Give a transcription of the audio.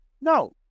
No